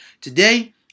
Today